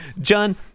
John